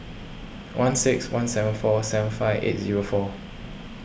one six one seven four seven five eight zero four